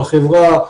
בחברה.